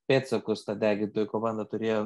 pėdsakus ta degintojų komanda turėjo